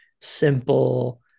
simple